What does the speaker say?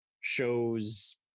shows